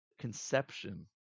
Conception